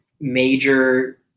major